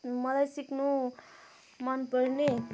मलाई सिक्नु मनपर्ने